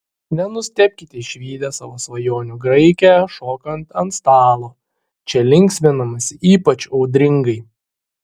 nenustebkite išvydę savo svajonių graikę šokant ant stalo čia linksminamasi ypač audringai